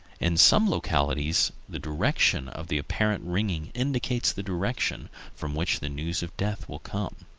in some localities the direction of the apparent ringing indicates the direction from which the news of death will come.